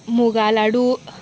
मोगा लाडू